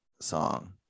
song